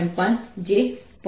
5 જે 0